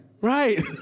Right